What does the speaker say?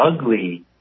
ugly